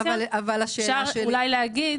אפשר אולי להגיד,